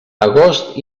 agost